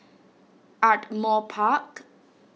Ardmore Park